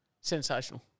Sensational